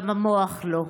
גם המוח לא.